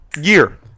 Year